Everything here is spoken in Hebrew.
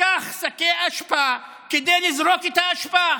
לקח שקי אשפה כדי לזרוק את האשפה.